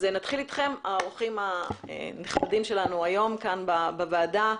אורחים נכבדים, נתחיל איתכם.